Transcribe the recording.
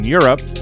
Europe